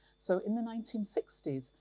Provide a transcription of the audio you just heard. so in the nineteen sixty s,